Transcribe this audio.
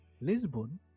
Lisbon